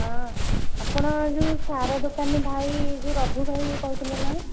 ହଁ ଆପଣ ଯେଉଁ ସାର ଦୋକାନୀ ଭାଇ ଯେଉଁ ରବି ଭାଇ କହୁଥିଲେ ନା